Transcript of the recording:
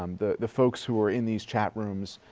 um the the folks who are in these chat rooms